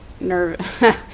nervous